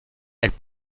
elles